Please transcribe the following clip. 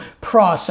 process